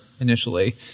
initially